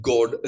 God